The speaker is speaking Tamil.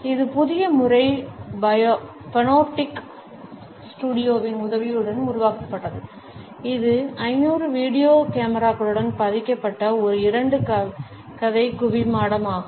இந்த புதிய முறை பனோப்டிக் ஸ்டுடியோவின் உதவியுடன் உருவாக்கப்பட்டது இது 500 வீடியோ கேமராக்களுடன் பதிக்கப்பட்ட ஒரு இரண்டு கதை குவிமாடம் ஆகும்